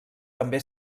també